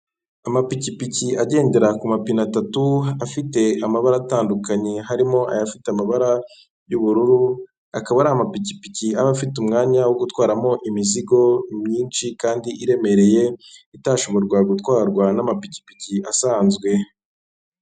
Amapikipiki agendera ku mapine atatu afite amabara atandukanye, harimo ayafite amabara y'ubururu. Akaba ari amapikipiki aba afite umwanya wo gutwaramo imizigo myinshi kandi iremereye, itashoborwa gutwarwa n'amapikipiki asanzwe.